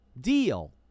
Deal